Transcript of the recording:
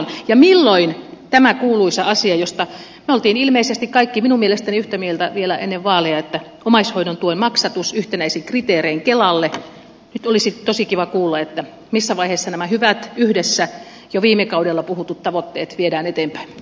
nyt olisi tosi kiva kuulla milloin missä vaiheessa tämä kuuluisa asia josta me olimme ilmeisesti kaikki minun mielestäni yhtä mieltä vielä ennen vaaleja että omaishoidontuen maksatus yhtenäisin kriteerein kelalle mikä olisi tosi kiva kuulla että missä vaiheessa nämä hyvät yhdessä jo viime kaudella puhutut tavoitteet viedään eteenpäin